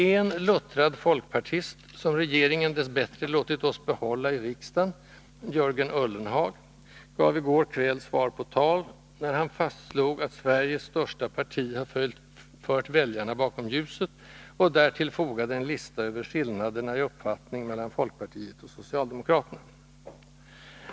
En luttrad folkpartist, som regeringen dess bättre låtit oss behålla i riksdagen, Jörgen Ullenhag, gav i går kväll svar på tal, när han fastslog att Sveriges största parti har fört väljarna bakom ljuset och därtill fogade en lista över skillnaderna i uppfattning mellan folkpartiet och socialdemokraterna.